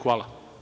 Hvala.